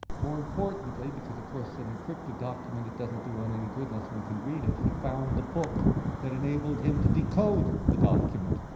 more importantly, because of course, an encrypted document, it doesn't do one any good unless one can read it, he found the book that enabled him to decode the document.